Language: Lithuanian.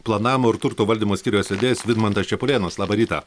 planavimo ir turto valdymo skyriaus vedėjas vidmantas čepulėnas labą rytą